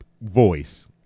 voice